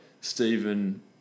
Stephen